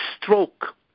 stroke